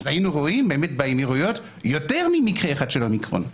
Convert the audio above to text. אז היינו רואים באמירויות יותר ממקרה אחד של אומיקרון.